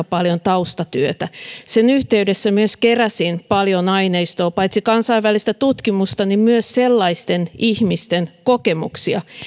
aika paljon taustatyötä sen yhteydessä myös keräsin paljon aineistoa paitsi kansainvälistä tutkimusta myös sellaisten ihmisten kokemuksia